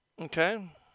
Okay